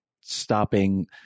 stopping